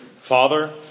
Father